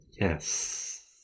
Yes